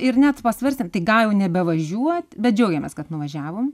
ir net pasvarstėm tai gal jau nebevažiuot bet džiaugiamės kad nuvažiavom